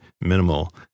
minimal